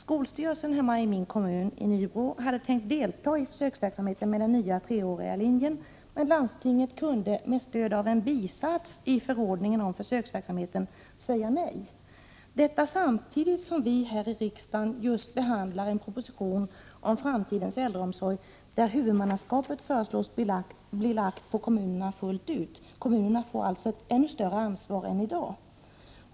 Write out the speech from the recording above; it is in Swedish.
Skolstyrelsen hemma i min kommun, Nybro, hade tänkt delta i försöksverksamheten med den nya treåriga linjen. Men landstinget kunde - med stöd av en bisats i förordningen om försöksverksamheten — säga nej. Detta sker samtidigt som vi här i riksdagen behandlar en proposition om framtidens äldreomsorg där huvudmannaskapet föreslås bli lagt på kommunerna fullt ut. Kommunerna kommer alltså att få ett ännu större ansvar än i dag.